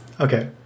Okay